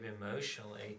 emotionally